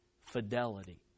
Fidelity